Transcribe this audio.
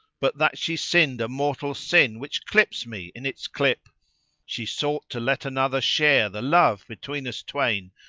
but that she sinned a mortal sin which clips me in its clip she sought to let another share the love between us twain,